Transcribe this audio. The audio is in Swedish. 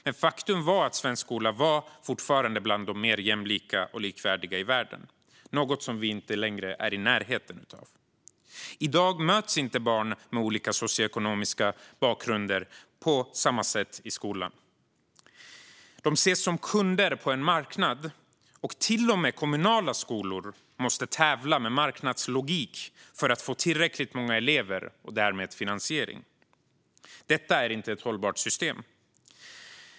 Men faktum var att svensk skola fortfarande var bland de mer jämlika och likvärdiga i världen. Det är något vi inte längre är i närheten av. I dag möts inte barn med olika socioekonomiska bakgrunder på samma sätt i skolan. De ses som kunder på en marknad, och till och med kommunala skolor måste tävla med marknadslogik för att få tillräckligt många elever och därmed finansiering. Detta är inte ett hållbart system.